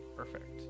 perfect